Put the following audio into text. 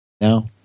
No